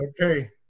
Okay